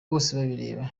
bosebabireba